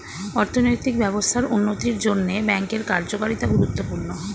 অর্থনৈতিক ব্যবস্থার উন্নতির জন্যে ব্যাঙ্কের কার্যকারিতা গুরুত্বপূর্ণ